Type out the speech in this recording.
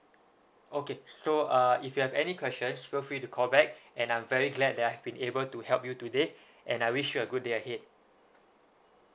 okay so uh if you have any questions feel free to call back and I'm very glad that I've been able to help you today and I wish you a good day ahead